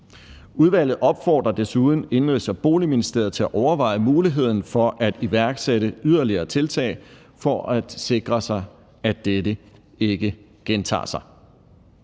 Udvalget opfordrer desuden Indenrigs- og Boligministeriet til at overveje muligheden for at iværksætte yderligere tiltag for at sikre sig, at dette ikke gentager sig.